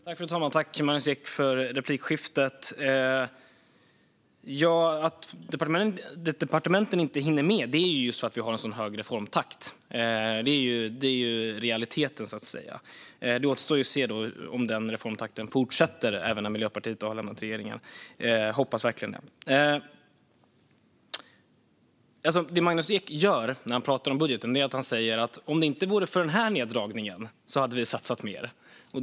Fru talman! Jag tackar Magnus Ek för replikskiftet. Att departementen inte hinner med beror ju på att vi har en så hög reformtakt. Det är realiteten. Det återstår att se om den reformtakten fortsätter även när Miljöpartiet har lämnat regeringen. Jag hoppas verkligen det. Det Magnus Ek säger när han pratar om budgeten är att om det inte vore för den här neddragningen hade vi satsat mer.